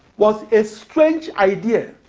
was a strange idea.